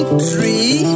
tree